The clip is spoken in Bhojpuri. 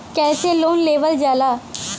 कैसे लोन लेवल जाला?